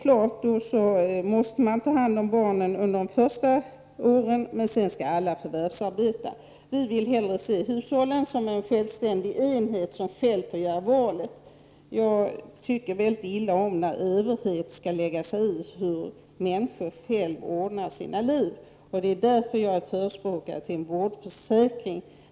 Föräldrarna måste naturligtvis ta hand om barnen under de första åren, men sedan skall alla förvärvsarbeta. Vi vill hellre se hushållet som en självständig enhet som självt får göra valet. Jag tycker väldigt illa om att överheten lägger sig i hur människor ordnar sina liv. Det är därför jag förespråkar en vårdförsäkring.